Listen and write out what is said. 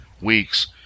weeks